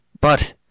But